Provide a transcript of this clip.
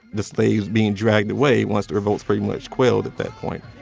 the slaves being dragged away once the revolt's pretty much quelled at that point